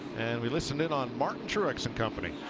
and we listened in on martin shirks and company.